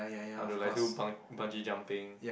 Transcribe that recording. I don't know like do bung bungee jumping